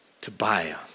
Tobiah